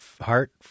Heart